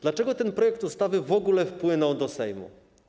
Dlaczego ten projekt ustawy w ogóle wpłynął do Sejmu?